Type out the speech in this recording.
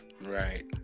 Right